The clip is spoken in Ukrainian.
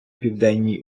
південній